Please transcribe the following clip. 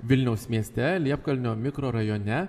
vilniaus mieste liepkalnio mikrorajone